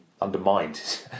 undermined